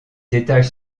étages